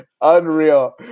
Unreal